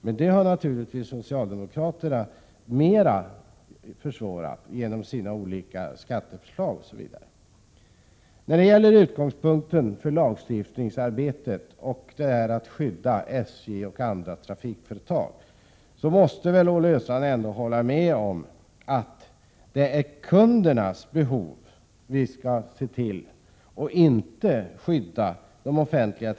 Däremot har socialdemokraterna naturligtvis lagt hinder i vägen genom sina olika skatteförslag. Olle Östrand måste väl hålla med om att utgångspunkten för lagstiftnings arbeten inte skall vara att skydda SJ och andra offentliga trafikföretag mot konkurrens, utan det är kundernas behov vi skall se till.